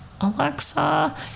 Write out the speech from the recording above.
Alexa